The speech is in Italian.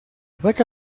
perché